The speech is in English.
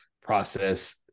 process